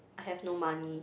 I have no money